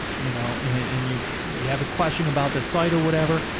you know, and you, you have a question about the site or whatever,